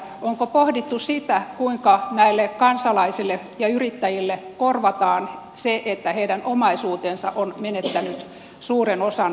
onko pohdittu sitä kuinka näille kansalaisille ja yrittäjille korvataan se että heidän omaisuutensa on menettänyt suuren osan arvostaan